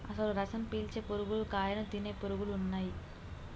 అసలు రసం పీల్చే పురుగులు కాయను తినే పురుగులు ఉన్నయ్యి